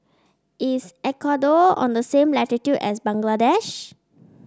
is Ecuador on the same latitude as Bangladesh